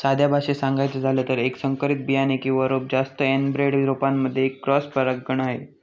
साध्या भाषेत सांगायचं झालं तर, एक संकरित बियाणे किंवा रोप जास्त एनब्रेड रोपांमध्ये एक क्रॉस परागकण आहे